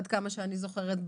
עד כמה שאני זוכרת.